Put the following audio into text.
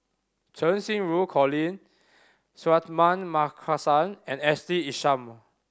Cheng Xinru Colin Suratman Markasan and Ashley Isham